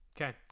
Okay